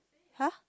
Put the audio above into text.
!huh!